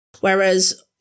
whereas